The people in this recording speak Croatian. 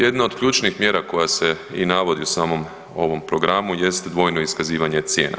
Jedna od ključnih mjera koja se i navodi u samom ovom programu jest dvojno iskazivanje cijena.